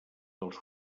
dels